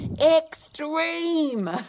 extreme